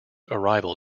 arrival